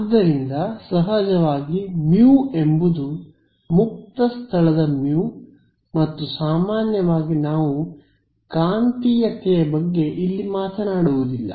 ಆದ್ದರಿಂದ ಸಹಜವಾಗಿ ಮ್ಯೂ ಎಂಬುದು ಮುಕ್ತ ಸ್ಥಳದ ಮ್ಯೂ ಮತ್ತು ಸಾಮಾನ್ಯವಾಗಿ ನಾವು ಕಾಂತೀಯತೆಯ ಬಗ್ಗೆ ಇಲ್ಲಿ ಮಾತನಾಡುವುದಿಲ್ಲ